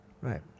Right